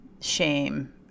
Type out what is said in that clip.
shame